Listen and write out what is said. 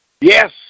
Yes